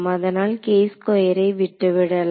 அதனால் விட்டுவிடலாம்